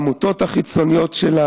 מהעמותות החיצוניות,